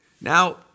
Now